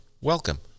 welcome